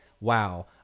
Wow